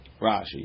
Rashi